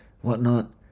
whatnot